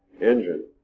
engine